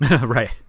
Right